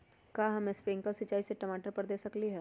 का हम स्प्रिंकल सिंचाई टमाटर पर दे सकली ह?